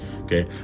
Okay